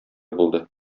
булды